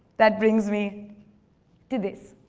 that brings me to this,